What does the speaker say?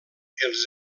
els